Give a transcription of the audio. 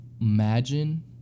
imagine